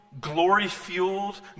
glory-fueled